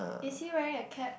is he wearing a cap